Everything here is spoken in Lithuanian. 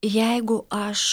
jeigu aš